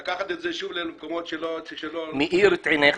לקחת את זה שוב למקומות שלא שייכים --- הוא מאיר את עינך.